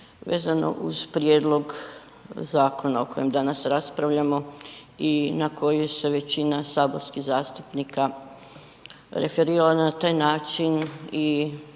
vezano uz prijedlog zakona o kojem danas raspravljamo i na koji se većina saborskih zastupnika referirala na taj način i